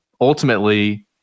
ultimately